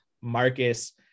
Marcus